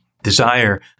desire